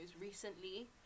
recently